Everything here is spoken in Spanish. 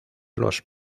los